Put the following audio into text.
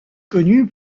connu